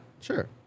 Sure